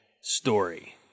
story